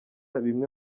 bimwe